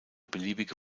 beliebige